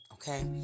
Okay